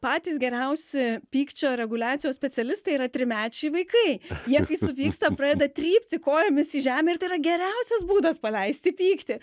patys geriausi pykčio reguliacijos specialistai yra trimečiai vaikai jie kai supyksta pradeda trypti kojomis į žemę ir tai yra geriausias būdas paleisti pyktį